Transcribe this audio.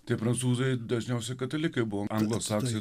tie prancūzai dažniausiai katalikai buvo anglosaksai